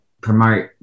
promote